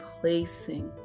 placing